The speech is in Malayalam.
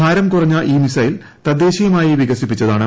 ഭാരം കുറഞ്ഞ ഈ മിസൈൽ തദ്ദേശീയമായി വികസിപ്പിച്ചതാണ്